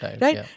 right